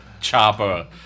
Chopper